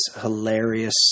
hilarious